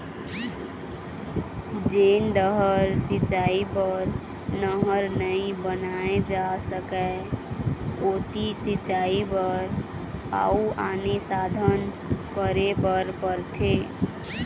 जेन डहर सिंचई बर नहर नइ बनाए जा सकय ओती सिंचई बर अउ आने साधन करे बर परथे